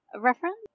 reference